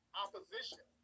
opposition